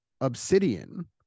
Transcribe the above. Obsidian